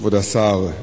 כבוד השר,